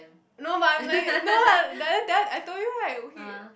no but I'm like no what that time I told you right he